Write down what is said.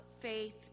faith